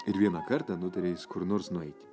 ir vieną kartą nutarė jis kur nors nueiti